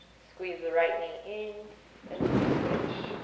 squeeze the right knee in and then we switch.